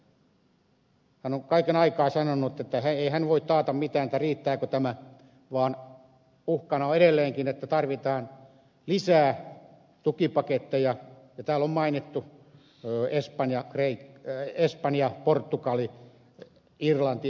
hän on kaiken aikaa sanonut että ei hän voi taata mitään riittääkö tämä vaan uhkana on edelleenkin että tarvitaan lisää tukipaketteja ja täällä on mainittu espanja portugali irlanti esimerkiksi